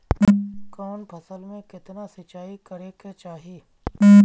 कवन फसल में केतना सिंचाई करेके चाही?